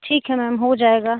ठीक है मैम हो जाएगा